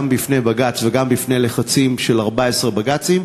גם בפני בג"ץ וגם בפני לחצים של 14 בג"צים,